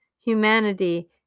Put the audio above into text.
humanity